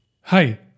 Hi